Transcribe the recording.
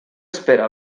espera